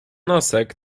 nosek